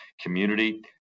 community